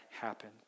happen